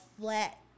flat